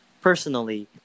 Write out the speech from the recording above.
personally